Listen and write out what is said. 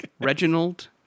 Reginald